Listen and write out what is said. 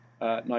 no